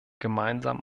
gemeinsam